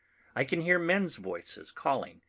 i can hear men's voices calling,